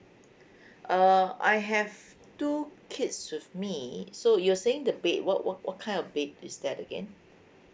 uh I have two kids with me so you're saying the bed what what what kind of bed is that again